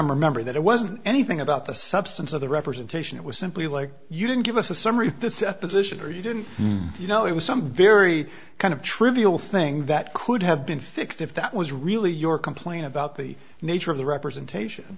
remember that it wasn't anything about the substance of the representation it was simply like you didn't give us a summary of the separate issue or you didn't you know it was some very kind of trivial thing that could have been fixed if that was really your complaint about the nature of the representation